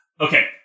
Okay